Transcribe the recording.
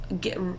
get